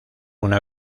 una